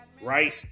Right